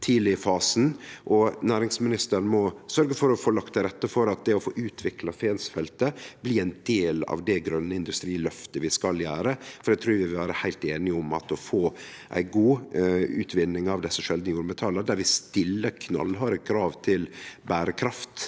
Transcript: næringsministeren må sørgje for å få lagt til rette for at det å få utvikla Fensfeltet blir ein del av det grøne industriløftet vi skal gjere. For eg trur vi vil vere heilt einige om at å få til ei god utvinning av desse sjeldne jordmetalla, der vi stiller knallharde krav til berekraft